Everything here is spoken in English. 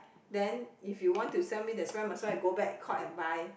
then if you want to sell me that's why I might as well go back Courts and buy